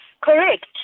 Correct